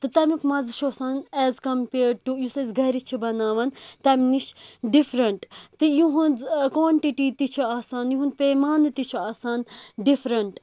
تہٕ تَمِیُک مَزٕ چھُ آسان ایز کَمپیٲڈ ٹُوٚ یُس أسۍ گَرِ چھ بَناوان تَمہِ نِش ڈِفریٚنٹ تہٕ یُہنٛد کانٹِٹی تہِ چھ آسان یُہنٛد پیمانہٕ تہِ چھُ آسان ڈِفریٚنٹ